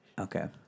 okay